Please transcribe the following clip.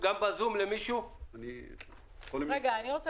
אני מודיע שלא